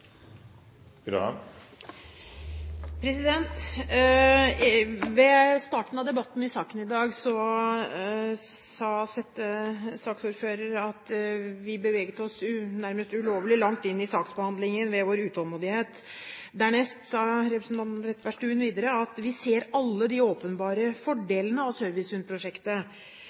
Ved starten av debatten i saken i dag sa Anette Trettebergstuen at vi beveget oss nærmest ulovlig langt inn i saksbehandlingen ved vår utålmodighet. Dernest sa representanten Trettebergstuen at vi ser alle de åpenbare fordelene